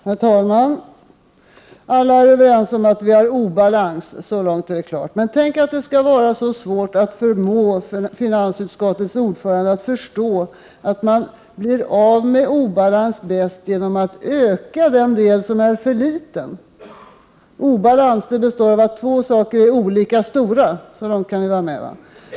Herr talman! Alla är överens om att vi har obalans. Så långt är det klart. Men tänk, att det skall vara så svårt att förmå finansutskottets ordförande att förstå att man bäst blir av med obalans genom att öka den del som är för liten. Obalans består i att två saker är olika stora — så långt kan ni väl vara med?